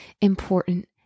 important